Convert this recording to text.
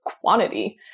quantity